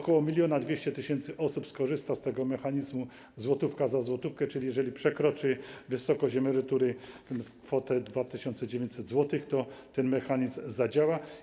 Ok. 1200 tys. skorzysta z mechanizmu złotówka za złotówkę, czyli jeżeli przekroczy wysokość emerytury, kwotę 2900 zł, to ten mechanizm zadziała.